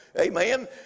amen